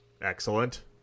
Excellent